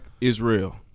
Israel